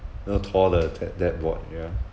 you know thor the dad bod ya